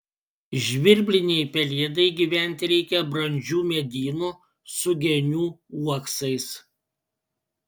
žvirblinei pelėdai gyventi reikia brandžių medynų su genių uoksais